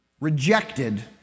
rejected